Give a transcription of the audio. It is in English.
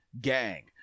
gang